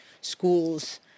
schools